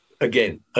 Again